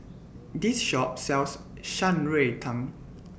This Shop sells Shan Rui Tang